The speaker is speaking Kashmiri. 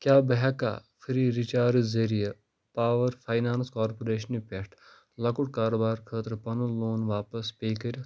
کیٛاہ بہٕ ہیٚکا فرٛی رِچارٕج ذریعہٕ پاوَر فاینانس کارپوریشنہِ پٮ۪ٹھ لۄکُٹ کاروبارٕ خٲطرٕ پَنُن لون واپس پے کٔرِتھ